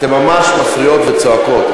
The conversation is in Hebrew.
אתן ממש מפריעות וצועקות.